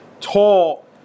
tall